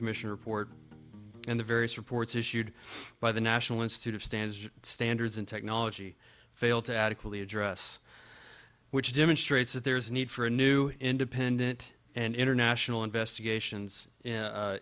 commission report and the various reports issued by the national institute of standards standards and technology failed to adequately address which demonstrates that there is a need for a new independent and international investigations